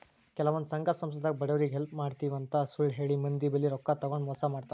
ಕೆಲವಂದ್ ಸಂಘ ಸಂಸ್ಥಾದಾಗ್ ಬಡವ್ರಿಗ್ ಹೆಲ್ಪ್ ಮಾಡ್ತಿವ್ ಅಂತ್ ಸುಳ್ಳ್ ಹೇಳಿ ಮಂದಿ ಬಲ್ಲಿ ರೊಕ್ಕಾ ತಗೊಂಡ್ ಮೋಸ್ ಮಾಡ್ತರ್